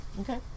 Okay